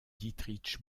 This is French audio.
dietrich